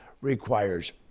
requires